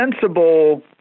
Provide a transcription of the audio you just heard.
sensible